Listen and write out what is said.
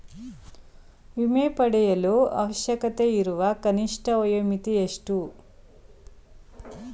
ವಿಮೆ ಪಡೆಯಲು ಅವಶ್ಯಕತೆಯಿರುವ ಕನಿಷ್ಠ ವಯೋಮಿತಿ ಎಷ್ಟು?